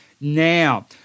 Now